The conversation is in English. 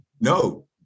no